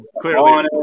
clearly